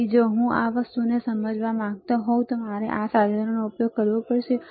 તેથી જો તમે આ વસ્તુને સમજવા માંગતા હો તો તમારે આ સાધનનો ઉપયોગ કરવો પડશે